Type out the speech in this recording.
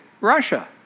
Russia